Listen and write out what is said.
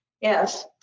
yes